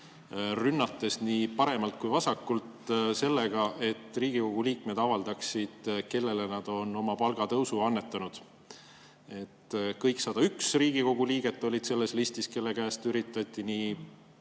rünnates nii paremalt kui ka vasakult sellega, et Riigikogu liikmed avaldaksid, kellele nad on oma palgatõusu annetanud. Kõik 101 Riigikogu liiget olid selles listis, kelle käest üritati nii